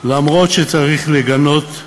אף שצריך לגנות,